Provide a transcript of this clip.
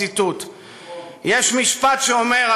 יש משפט שאומר,